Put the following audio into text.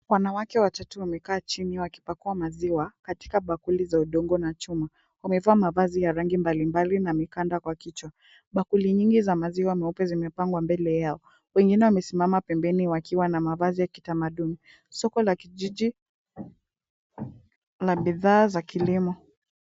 Wanawake watatu wamekaa chini wakipakua maziwa katika bakuli za udongo na chuma. Wamevaa mavazi ya rangi mbalimbali na mikanda kwa kichwa. Bakuli nyingi za maziwa meupe zimepangwa mbele yao, wengine wamesimama pembeni wakiwa na mavazi ya kitamaduni. Soko la kijiji na bidhaa za kilimo.